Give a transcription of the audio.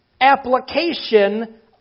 application